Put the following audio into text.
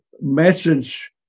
message